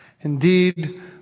indeed